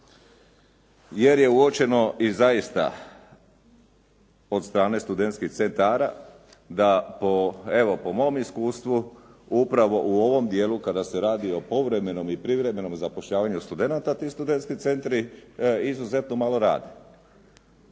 jer je uočeno i zaista od strane studentskih centara da po, evo po mom iskustvu upravo u ovom dijelu kada se radi o povremenom i privremenom zapošljavanju studenata ti studentski centri izuzetno malo rade.